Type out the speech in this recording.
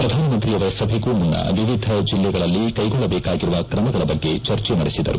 ಶ್ರಧಾನಮಂತ್ರಿಯವರ ಸಭೆಗೂ ಮುನ್ನ ವಿವಿಧ ಜಿಲ್ಲೆಗಳಲ್ಲಿ ಕೈಗೊಳ್ಳಬೇಕಾಗಿರುವ ಕ್ರಮಗಳ ಬಗ್ಗೆ ಚರ್ಚೆ ನಡೆಸಿದರು